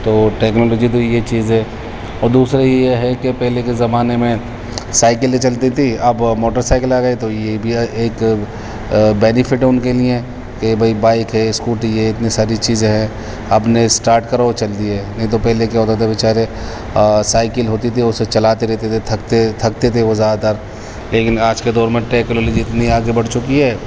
تو ٹیکنالوجی تو یہ چیز ہے اور دوسرے یہ ہے کہ پہلے کے زمانے میں سائیکلیں چلتی تھیں اب موٹرسائیکل آ گئی تو یہ بھی ایک بینیفٹ ہے ان کے لیے کہ بھائی بائیک ہے اسکوٹی ہے اتنی ساری چیزیں ہیں اپنے اسٹارٹ کرو اور چل دیئے نہیں تو پہلے کیا ہوتا تھا بچارے سائیکل ہوتی تھی اسے چلاتے رہتے تھے تھکتے تھکتے تھے وہ زیادہ تر لیکن آج کے دور میں ٹیکنالوجی اتنی آگے بڑھ چکی ہے